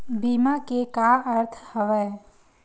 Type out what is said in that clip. बीमा के का अर्थ हवय?